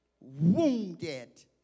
wounded